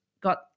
got